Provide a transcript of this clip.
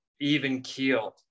even-keeled